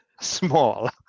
small